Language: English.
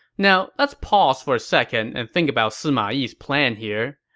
now, let's pause for a second and think about sima yi's plan here.